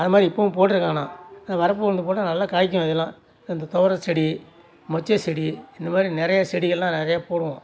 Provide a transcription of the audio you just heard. அது மாதிரி இப்பவும் போட்டிருக்கேன் ஆனால் அந்த வரப்பு உளுந்து போட்டால் நல்லா காய்க்கும் இதெல்லாம் இந்த துவரச்செடி மொச்சைச்செடி இந்த மாதிரி நிறைய செடிக்களெலாம் நிறையா போடுவோம்